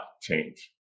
change